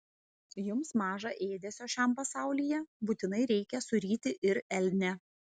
jums maža ėdesio šiam pasaulyje būtinai reikia suryti ir elnią